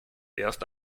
erst